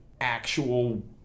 actual